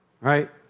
right